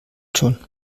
schon